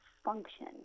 Function